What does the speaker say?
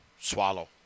Swallow